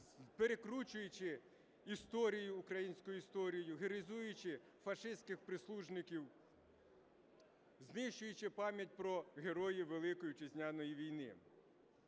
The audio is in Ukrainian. перекручуючи історію, українську історію, героїзуючи фашистських прислужників, знищуючи пам'ять про героїв Великої Вітчизняної війни.